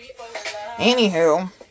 anywho